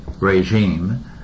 regime